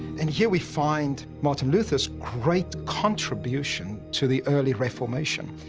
and here with find martin luther's great contribution to the early reformation.